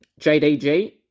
JDG